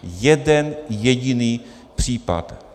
Jeden jediný případ.